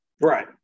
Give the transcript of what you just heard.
right